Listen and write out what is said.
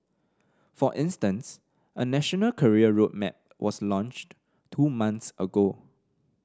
for instance a national career road map was launched two months ago